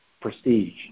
prestige